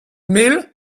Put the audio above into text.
mel